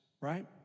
Right